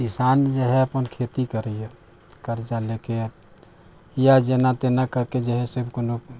किसान जे है अपन खेती करैया कर्जा लेके या जेना तेना के कऽ जे है से कोनो